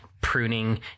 pruning